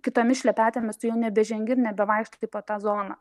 kitomis šlepetėmis tu jau nebežengi ir nebevaikštai po tą zoną